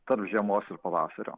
tarp žiemos ir pavasario